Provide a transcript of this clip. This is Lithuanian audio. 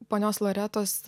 ponios loretos